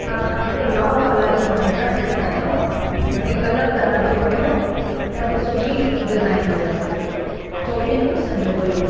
हिकु लाओपाला जो dinner set खंयो मूंखे कलर त ॾाढो वणियो ॾाढी सुठी डिज़ाइन हुयसि चोवीहनि पीसनि जो हुयो